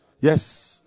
Yes